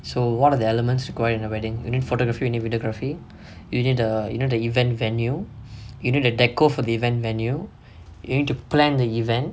so one of the elements required in the wedding you need photography and videography you need err you need the event venue you need the decor for the event venue you need to plan the event